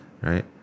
right